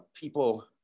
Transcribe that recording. people